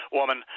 woman